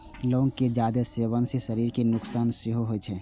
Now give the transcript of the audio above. लौंग के जादे सेवन सं शरीर कें नुकसान सेहो होइ छै